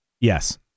Yes